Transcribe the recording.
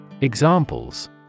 Examples